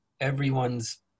everyone's